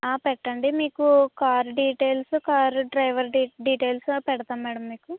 పెట్టండి మీకు car details car driver details పెడతాం మేడం మీకు